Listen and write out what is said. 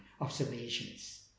observations